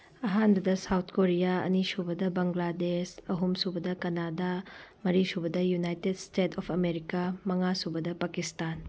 ꯑꯍꯥꯟꯕꯗ South Korea ꯑꯅꯤꯁꯨꯕꯗ ꯕꯪꯒ꯭ꯂꯥꯗꯦꯁ ꯑꯍꯨꯝꯁꯨꯕꯗ ꯀꯅꯥꯗꯥ ꯃꯔꯤꯁꯨꯕꯗ ꯌꯨꯅꯥꯏꯇꯦꯠ ꯏꯁꯇꯦꯠꯁ ꯑꯣꯐ ꯑꯃꯦꯔꯤꯀꯥ ꯃꯉꯥꯁꯨꯕꯗ ꯄꯀꯤꯁꯇꯥꯟ